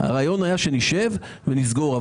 הרעיון היה שנשב ונסגור פרטים.